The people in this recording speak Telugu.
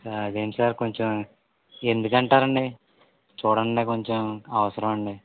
అది ఏంటి సార్ కొంచెం ఎందుకంటారు అండి చూడండి కొంచెం అవసరం అండి